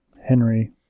Henry